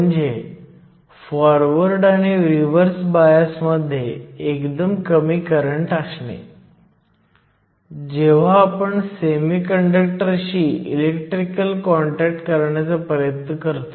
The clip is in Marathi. आणि आपण फॉरवर्ड आणि रिव्हर्स बायसमधील करंटसाठी काही मूल्यांची गणना करणार आहोत